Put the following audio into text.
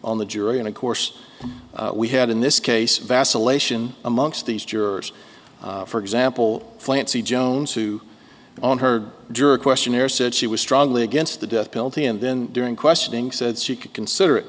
on the jury and of course we had in this case vacillation amongst these jurors for example fancy jones who on her during questionnaire said she was strongly against the death penalty and then during questioning said she could consider it